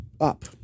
up